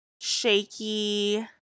shaky